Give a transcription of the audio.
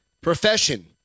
Profession